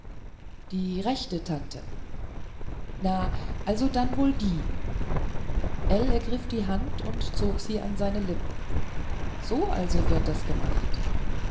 die rechte tante sagte ell na also dann wohl die ell ergriff die hand und zog sie an seine lippen so also wird das gemacht